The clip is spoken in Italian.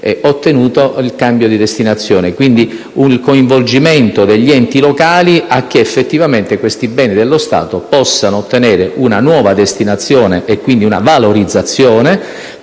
vendita di quei beni. Quindi, il coinvolgimento degli enti locali a che effettivamente questi beni dello Stato possano ottenere una nuova destinazione, e quindi una valorizzazione,